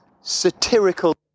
satirical